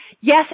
Yes